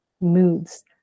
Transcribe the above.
moods